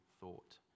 thought